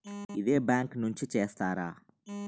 ఇదే బ్యాంక్ నుంచి చేస్తారా?